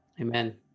amen